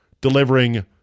delivering